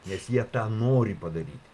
nes jie tą nori padaryti